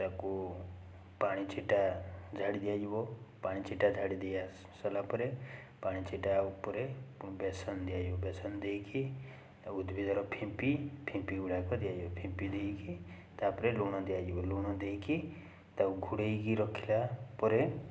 ତାକୁ ପାଣି ଛିଟା ଝାଡ଼ି ଦିଆଯିବା ପାଣି ଛିଟା ଝଡ଼ିଦିଆ ସରିଲା ପରେ ପାଣିଛିଟା ଉପରେ ପୁଣି ବେସନ ଦିଆଯିବ ବେସନ ଦେଇକି ଉଦ୍ଭିଦର ଫିମ୍ପି ଫିମ୍ପି ଗୁଡ଼ାକ ଦିଆଯିବ ଫିମ୍ପି ଦେଇକି ତା'ପରେ ଲୁଣ ଦିଆଯିବ ଲୁଣ ଦେଇକି ତାକୁ ଘୋଡ଼େଇକି ରଖିଲାପରେ